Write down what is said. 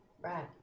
Right